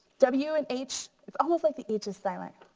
w and h, it's almost like the h is silent.